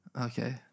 Okay